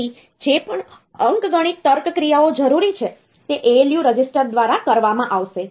તેથી જે પણ અંકગણિત તર્ક ક્રિયાઓ જરૂરી છે તે ALU રજિસ્ટર દ્વારા કરવામાં આવશે